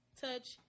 touch